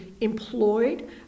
employed